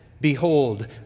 Behold